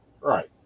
Right